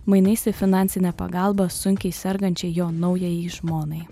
mainais į finansinę pagalbą sunkiai sergančiai jo naujajai žmonai